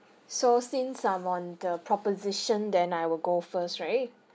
so since I'm on the proposition then I will go first right